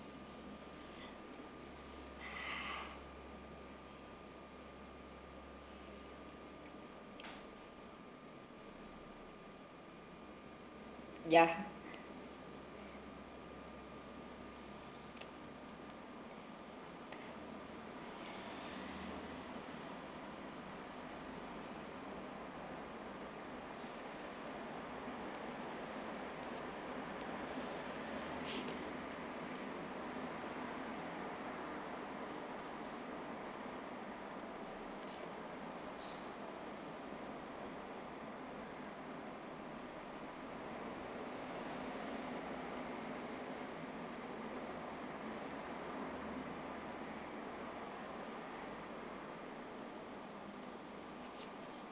ya